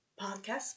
podcast